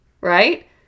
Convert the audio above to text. right